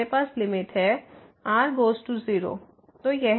तो हमारे पास लिमिट है r गोज़ टू 0